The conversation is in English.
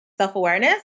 self-awareness